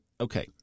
okay